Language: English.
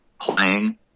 playing